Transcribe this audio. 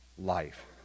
life